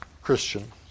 Christian